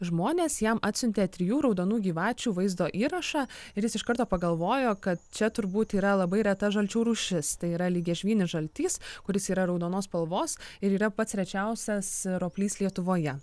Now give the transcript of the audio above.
žmonės jam atsiuntė trijų raudonų gyvačių vaizdo įrašą ir jis iš karto pagalvojo kad čia turbūt yra labai reta žalčių rūšis tai yra lygiažvynis žaltys kuris yra raudonos spalvos ir yra pats rečiausias roplys lietuvoje